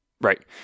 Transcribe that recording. right